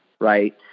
right